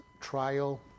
trial